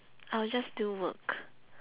I'll just do work